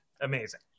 Amazing